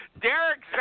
Derek